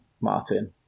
Martin